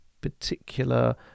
particular